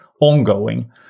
ongoing